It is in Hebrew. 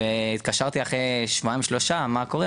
והתקשרתי אחרי שבועיים-שלושה לשאול מה קורה,